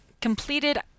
completed